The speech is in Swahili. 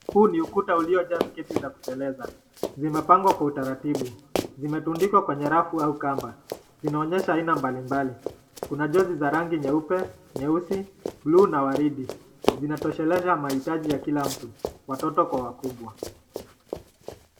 huu ni ukuta ulioja sketi za kuteleza zimepangwa kwa utaratibu zimetundikwa kwenye rafu au kamba zinaonyesha haina mbali mbali kuna jazi za rangi nyeupe, nyeusi bulu na waridi zinatosheleza mahitaji za kila mtu watoto kwa wakubwa.